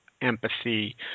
empathy